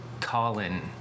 Colin